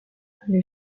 les